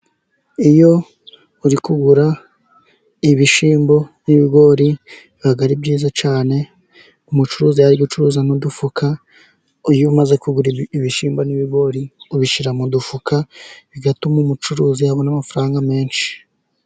Iyo uri kugura ibishyimbo n'ibigori biba ari byiza cyane, umucuruzi iyo ari gucuruza n'udufuka iyo umaze kugura ibishyimbo n'ibigori ubishyira mu dufuka bigatuma umucuruzi abona amafaranga menshi.